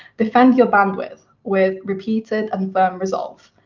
defend your bandwidth with repeat ed and firm resolve.